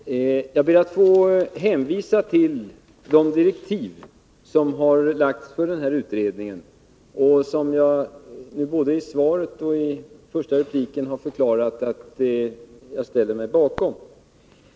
Herr talman! Jag ber att få hänvisa till de direktiv som har utfärdats för den här utredningen och som jag både i svaret och i min första replik har förklarat att jag ställer mig bakom.